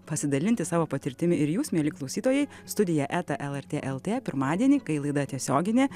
pasidalinti savo patirtimi ir jūs mieli klausytojai studija eta lrt lt pirmadienį kai laida tiesioginė